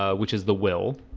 ah which is the will